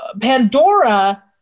Pandora